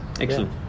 excellent